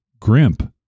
grimp